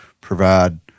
provide